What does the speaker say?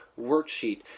worksheet